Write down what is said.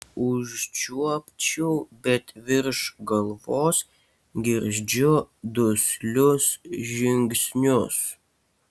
užčiuopčiau bet virš galvos girdžiu duslius žingsnius